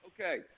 Okay